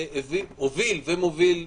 והוביל ומוביל,